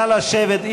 נא לשבת,